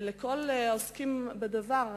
לכל העוסקים בדבר.